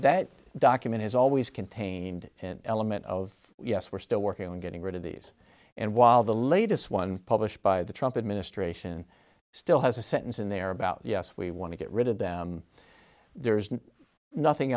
that document has always contained an element of yes we're still working on getting rid of these and while the latest one published by the trump administration still has a sentence in there about yes we want to get rid of them there is nothing